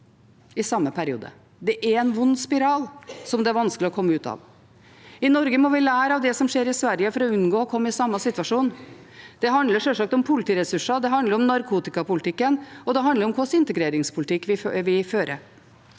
i samme periode. Det er en ond spiral som det er vanskelig å komme ut av. I Norge må vi lære av det som skjer i Sverige for å unngå å komme i samme situasjon. Det handler sjølsagt om politiressurser, det handler om narkotikapolitikken, og det handler om hvilken integreringspolitikk vi fører.